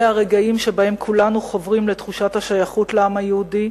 אלה הרגעים שבהם כולנו חוברים לתחושת השייכות לעם היהודי,